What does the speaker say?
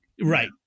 Right